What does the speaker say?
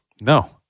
No